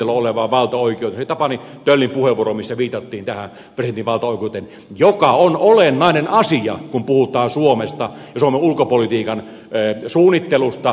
se oli tapani töllin puheenvuoro missä viitattiin tähän presidentin valtaoikeuteen joka on olennainen asia kun puhutaan suomesta ja suomen ulkopolitiikan suunnittelusta ja päätöksenteosta